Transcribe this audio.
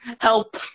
Help